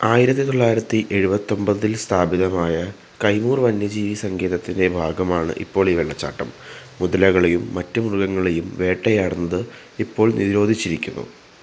ആയിരത്തി തൊള്ളായിരത്തി എഴുപത്തൊമ്പതിൽ സ്ഥാപിതമായ കൈമൂർ വന്യജീവി സങ്കേതത്തിൻ്റെ ഭാഗമാണ് ഇപ്പോൾ ഈ വെള്ളച്ചാട്ടം മുതലകളെയും മറ്റ് മൃഗങ്ങളെയും വേട്ടയാടുന്നത് ഇപ്പോൾ നിരോധിച്ചിരിക്കുന്നു